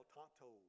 Tonto